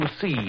see